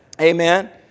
Amen